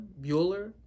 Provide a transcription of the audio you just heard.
Bueller